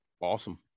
awesome